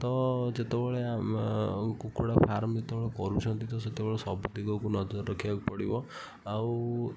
ତ ଯେତେବଳେ କୁକୁଡ଼ା ଫାର୍ମ ଯେତେବଳେ କରୁଛନ୍ତି ତ ସେତେବଳେ ସବୁ ଦିଗକୁ ନଜର ରଖିବାକୁ ପଡ଼ିବ ଆଉ